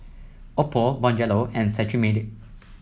Oppo Bonjela and Cetrimide